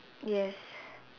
yes